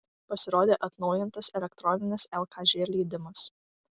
pasirodė atnaujintas elektroninis lkž leidimas